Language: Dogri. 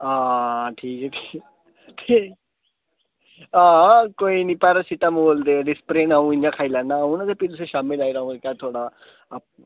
हां ठीक ऐ ठीक ठीक हां कोई निं पैरासिटामोल ते डिस्परिन अ'ऊं इ'यां खाई लैन्ना हून ते भी तुसें ई शामीं लै जेह्ड़ा ओह् ऐ इक ऐ थोह्ड़ा